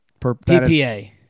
PPA